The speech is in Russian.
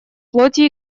плоти